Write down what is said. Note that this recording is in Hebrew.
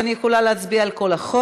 אז אני יכולה להצביע על כל החוק.